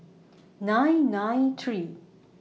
nine nine three